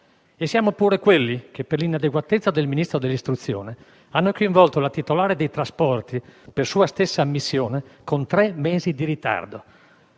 E siamo pure quelli che, per l'inadeguatezza del Ministro dell'istruzione, hanno coinvolto la titolare del Dicastero dei trasporti, per sua stessa ammissione, con tre mesi di ritardo,